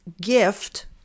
gift